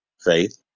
Faith